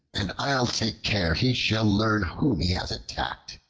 and i'll take care he shall learn whom he has attacked.